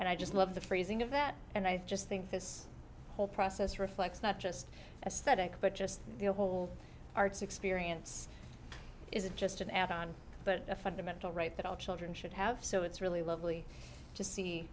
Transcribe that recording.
and i just love the phrasing of that and i just think this whole process reflects not just aesthetic but just the whole arts experience is a just an add on but a fundamental right that all children should have so it's really lovely to see